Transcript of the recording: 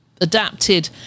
adapted